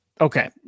Okay